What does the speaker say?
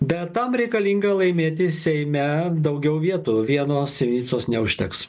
bet tam reikalinga laimėti seime daugiau vietų vieno sinicos neužteks